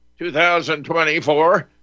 2024